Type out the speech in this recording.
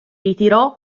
ritirò